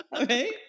Okay